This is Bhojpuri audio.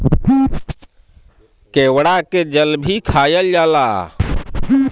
केवड़ा के जल भी खायल जाला